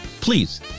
Please